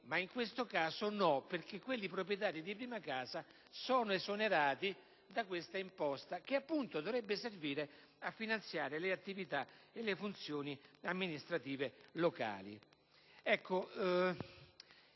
che in questo caso, visto che i proprietari di prima casa sono esonerati da questa imposta, che appunto dovrebbe servire a finanziare le attività e le funzioni amministrative locali.